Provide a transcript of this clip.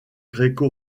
gréco